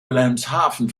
wilhelmshaven